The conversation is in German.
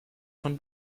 von